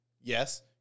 yes